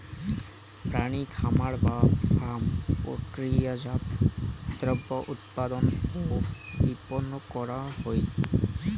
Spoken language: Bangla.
প্রাণী খামার বা ফার্ম প্রক্রিয়াজাত দ্রব্য উৎপাদন ও বিপণন করাং হই